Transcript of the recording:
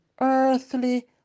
earthly